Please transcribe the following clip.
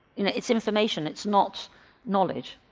you know it's information, it's not knowledge.